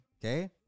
okay